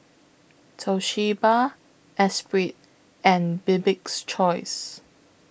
Toshiba Esprit and Bibik's Choice